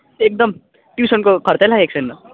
एकदम ट्युसनको खर्च लागेको छैन